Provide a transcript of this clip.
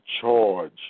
charge